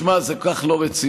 שמע, זה כל כך לא רציני,